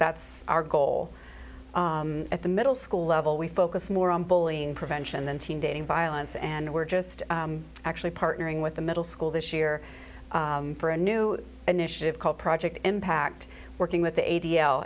that's our goal at the middle school level we focus more on bullying prevention then teen dating violence and we're just actually partnering with the middle school this year for a new initiative called project impact working with the a